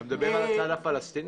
אתה מדבר על הצד הפלסטיני?